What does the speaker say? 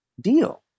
deal